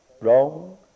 wrong